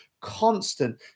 constant